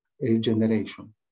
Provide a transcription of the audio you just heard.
regeneration